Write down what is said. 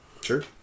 Sure